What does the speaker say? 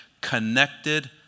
connected